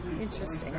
Interesting